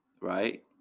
right